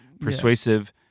Persuasive